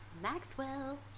Maxwell